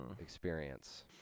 experience